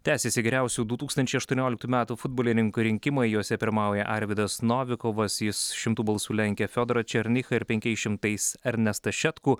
tęsiasi geriausių du tūkstančiai aštuonioliktų metų futbolininko rinkimai jose pirmauja arvydas novikovas jis šimtu balsų lenkia fiodorą černychą ir penkiais šimtais ernestą šetkų